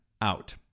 out